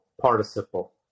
participle